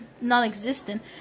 non-existent